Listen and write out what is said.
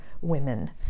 women